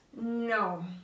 no